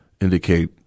indicate